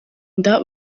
inda